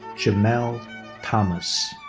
jamael thomas.